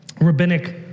rabbinic